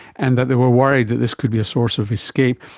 and that they were worried that this could be a source of escape.